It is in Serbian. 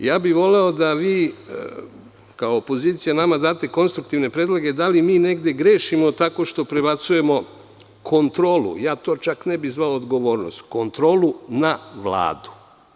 Voleo bih da vi kao opozicija nama date konstruktivne predloge da li mi negde grešimo tako što prebacujemo kontrolu, čak to ne bih zvao odgovornost, kontrolu na Vladu.